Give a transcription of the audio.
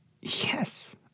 yes